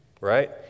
right